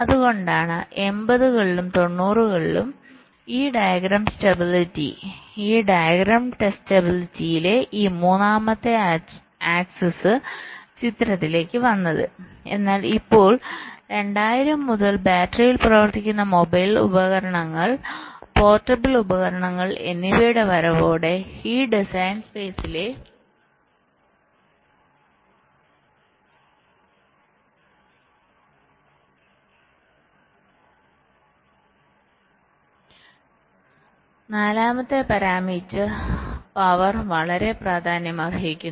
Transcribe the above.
അതുകൊണ്ടാണ് 80കളിലും 90കളിലും ഈ ഡയഗ്രം ടെസ്റ്റബിലിറ്റിയിലെ ഈ മൂന്നാമത്തെ അച്ചുതണ്ട് ചിത്രത്തിലേക്ക് വന്നത് എന്നാൽ ഇപ്പോൾ 2000 മുതൽ ബാറ്ററിയിൽ പ്രവർത്തിക്കുന്ന മൊബൈൽ ഉപകരണങ്ങൾ പോർട്ടബിൾ ഉപകരണങ്ങൾ എന്നിവയുടെ വരവോടെ ഈ ഡിസൈൻ സ്പേസിലെ നാലാമത്തെ പാരാമീറ്റർ പവർ വളരെ പ്രാധാന്യമർഹിക്കുന്നു